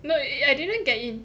no I didn't get in